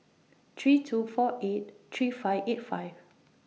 three two four eight three five eight five